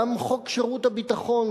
גם חוק שירות הביטחון,